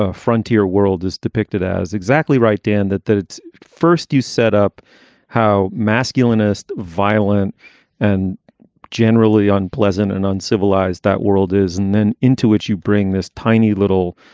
ah frontier world is depicted as exactly right in that that it's first you set up how masculinist, violent and generally unpleasant and uncivilized that world is, and then into which you bring this tiny little,